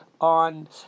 on